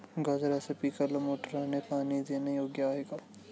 गाजराच्या पिकाला मोटारने पाणी देणे योग्य आहे का?